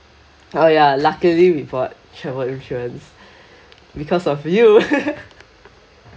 oh ya luckily we bought travel insurance because of you